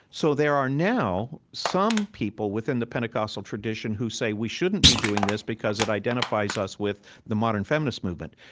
so there are now some people within the pentecostal tradition who say we shouldn't be doing this because it identifies us with the modern feminist movement,